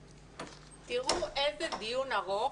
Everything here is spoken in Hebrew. תראו איזה דיון ארוך,